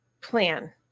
plan